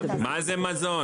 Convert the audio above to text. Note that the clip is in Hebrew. מה זה מזון?